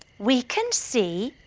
we can see,